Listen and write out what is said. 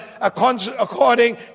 according